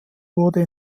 wurde